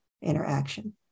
interaction